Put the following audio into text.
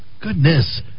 goodness